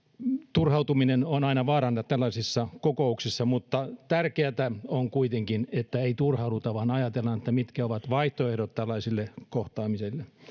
turhautuminen on aina vaarana tällaisissa kokouksissa mutta tärkeätä on kuitenkin että ei turhauduta vaan ajatellaan mitkä ovat vaihtoehdot tällaisille kohtaamisille